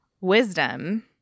wisdom